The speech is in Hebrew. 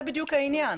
זה בדיוק העניין.